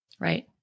Right